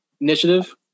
Initiative